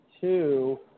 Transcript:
two